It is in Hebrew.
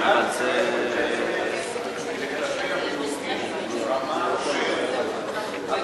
מדינת ישראל מקיימת לגבי המיעוטים רמה של הכרה